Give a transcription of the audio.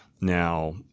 Now